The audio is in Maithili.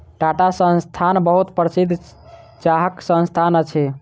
टाटा संस्थान बहुत प्रसिद्ध चाहक संस्थान अछि